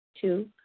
Two